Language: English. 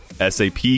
SAP